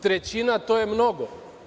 Trećina, to je mnogo.